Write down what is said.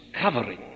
covering